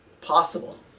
possible